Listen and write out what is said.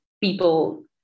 people